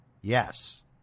Yes